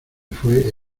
fue